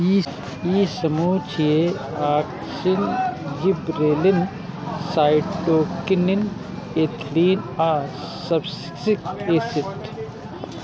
ई समूह छियै, auxin, gibberellin, cytokinin, ethylene आ एब्सिसिक एसिड